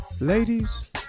Ladies